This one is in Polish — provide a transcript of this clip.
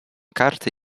karty